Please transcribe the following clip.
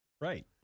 Right